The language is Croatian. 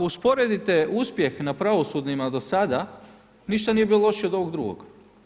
Ako usporedite uspjeh na pravosudnima do sada ništa nije bilo lošije od ovog drugog.